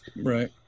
Right